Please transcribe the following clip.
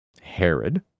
Herod